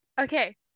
okay